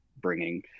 bringing